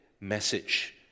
message